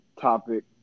topic